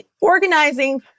organizing